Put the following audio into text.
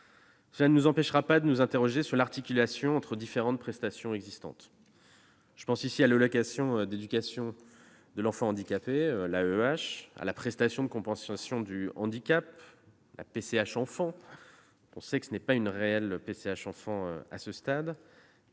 cela ne nous empêchera pas de nous interroger sur l'articulation entre les différentes prestations existantes. Je pense ici à l'allocation d'éducation de l'enfant handicapé, l'AEEH, et à la prestation de compensation du handicap, la PCH enfant- certes, ce n'est pas une vraie PCH enfant à ce stade